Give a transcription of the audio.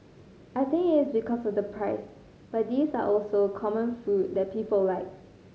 I think it is because of the price but these are also common food that people like